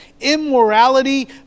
immorality